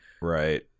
right